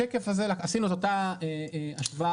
בשקף הזה עשינו את אותה השוואה,